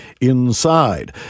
inside